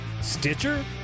Stitcher